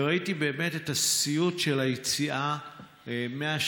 וראיתי באמת את הסיוט של היציאה מהשכונה,